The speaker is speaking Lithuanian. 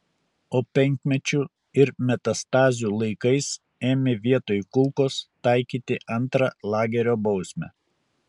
o penkmečių ir metastazių laikais ėmė vietoj kulkos taikyti antrą lagerio bausmę